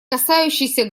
касающийся